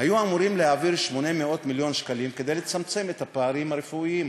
היו אמורים להעביר 800 מיליון שקלים כדי לצמצם את הפערים הרפואיים,